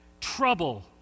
trouble